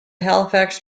halifax